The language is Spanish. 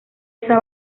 esa